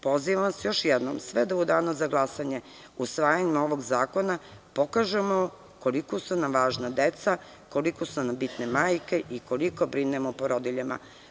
Pozivam vas još jednom sve da, u danu za glasanje, usvajanjem ovog zakona pokažemo koliko su nam važna deca, koliko su nam bitne majke i koliko brinemo o porodiljama.